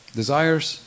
desires